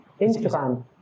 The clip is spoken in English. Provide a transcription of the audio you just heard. Instagram